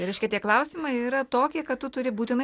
tai reiškia tie klausimai yra tokie kad tu turi būtinai